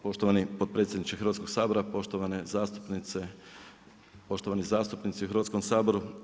Poštovani potpredsjedniče Hrvatskog sabora, poštovane zastupnice, poštovani zastupnici u Hrvatskom saboru.